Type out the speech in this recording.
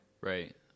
Right